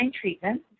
treatment